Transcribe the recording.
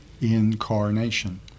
incarnation